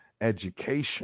education